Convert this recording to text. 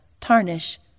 tarnish